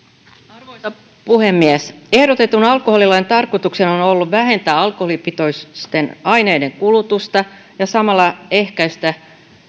arvoisa puhemies ehdotetun alkoholilain tarkoituksena on on ollut vähentää alkoholipitoisten aineiden kulutusta ja samalla ehkäistä